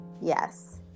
Yes